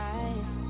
eyes